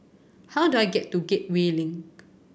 how do I get to Gateway Link